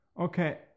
Okay